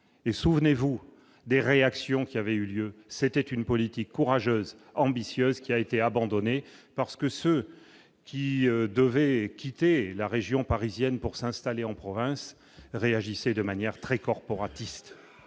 et souvenez-vous des réactions qui avait eu lieu, c'était une politique courageuse, ambitieuse, qui a été abandonné, parce que ce qui devait quitter la région parisienne pour s'installer en province, réagissez, de manière très corporatiste,